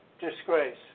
disgrace